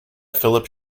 phillip